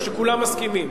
או שכולם מסכימים?